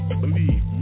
Believe